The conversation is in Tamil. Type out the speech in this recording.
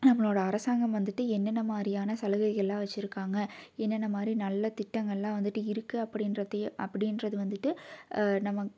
நம்மளோட அரசாங்கம் வந்துட்டு என்னென்ன மாதிரியான சலுகைகள்லாம் வெச்சுருக்காங்க என்னென்ன மாதிரி நல்ல திட்டங்கள்லாம் வந்துட்டு இருக்கு அப்பிடின்றதையே அப்பிடின்றது வந்துட்டு நம்ம